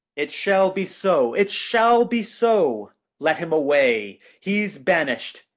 it shall be so, it shall be so let him away he's banished,